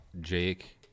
Jake